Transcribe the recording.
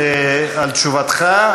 על תשובתך,